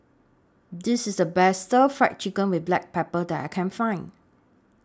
This IS The Best Stir Fried Chicken with Black Pepper that I Can Find